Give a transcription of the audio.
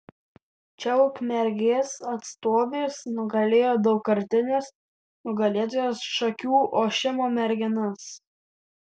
čia ukmergės atstovės nugalėjo daugkartines nugalėtojas šakių ošimo merginas